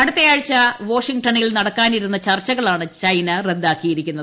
അടുത്ത ആഴ്ച വാഷിംഗ്ടണ്ണിൽ നടക്കാനിരുന്ന ചർച്ചകളാണ് ചൈന റദ്ദാക്കിയിരിക്കുന്നത്